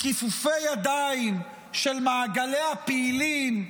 מכיפופי ידיים של מעגלי הפעילים,